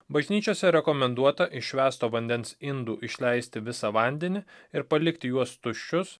bažnyčiose rekomenduota iš švęsto vandens indų išleisti visą vandenį ir palikti juos tuščius